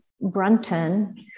Brunton